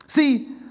See